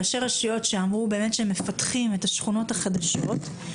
ראשי רשויות אמרו שהם מפתחים את השכונות החדשות,